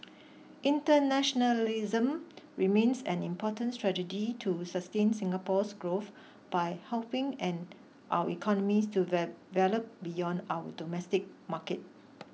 internationalism remains an important strategy to sustain Singapore's growth by helping and our economies to there beyond our domestic market